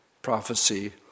prophecy